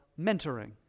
mentoring